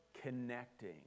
connecting